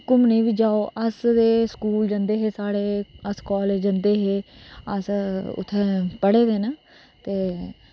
घूमने गी बी जाओ अस ते स्कूल जंदे हे साढ़े अस काॅलेज जंदे हे अस उत्थै पढे दे ना ते